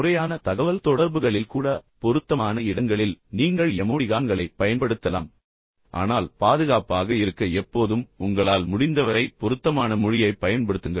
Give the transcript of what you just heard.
முறையான தகவல்தொடர்புகளில் கூட பொருத்தமான இடங்களில் நீங்கள் எமோடிகான்களைப் பயன்படுத்தலாம் அது இப்போது அனுமதிக்கப்படுகிறது ஆனால் பாதுகாப்பாக இருக்க எப்போதும் உங்களால் முடிந்தவரை பொருத்தமான மொழியைப் பயன்படுத்துங்கள்